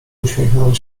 uśmiechnął